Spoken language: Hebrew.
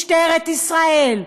משטרת ישראל,